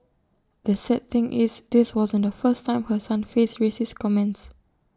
the sad thing is this wasn't the first time her son faced racist comments